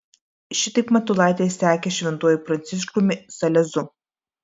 šitaip matulaitis sekė šventuoju pranciškumi salezu